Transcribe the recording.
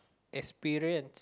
experience